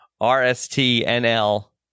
R-S-T-N-L